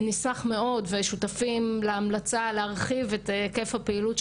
צריך להבחין בין הסרה שהיא על רקע הפרה של החוק,